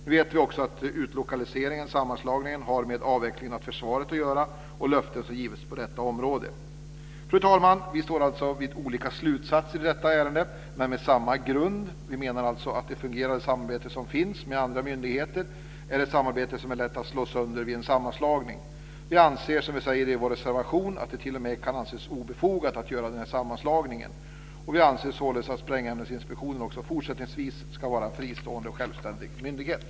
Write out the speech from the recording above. Nu vet vi också att utlokaliseringen och sammanslagningen har med avvecklingen av försvaret att göra och de löften som har givits på detta område. Fru talman! Vi står alltså vid olika slutsatser i detta ärende men med samma grund. Vi reservanter menar att det samarbete som finns med andra myndigheter fungerar. Det är ett samarbete som är lätt att slå sönder vid en sammanslagning. Vi anser, som vi säger i vår reservation, att det t.o.m. kan anses obefogat att göra den sammanslagningen. Vi anser således att Sprängämnesinspektionen också fortsättningsvis ska vara en fristående och självständig myndighet.